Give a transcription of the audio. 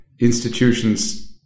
Institutions